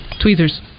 tweezers